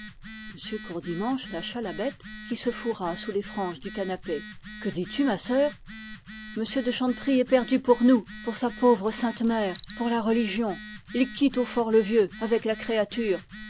courdimanche lâcha la bête qui se fourra sous les franges du canapé que dis-tu ma sœur monsieur de chanteprie est perdu pour nous pour sa pauvre sainte mère pour la religion il quitte hautfort levieux avec la créature